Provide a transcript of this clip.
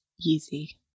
easy